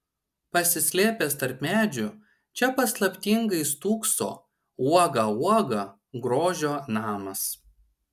pasislėpęs tarp medžių čia paslaptingai stūkso uoga uoga grožio namas